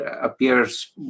appears